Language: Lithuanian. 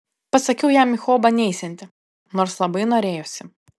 pasakiau jam į hobą neisianti nors labai norėjosi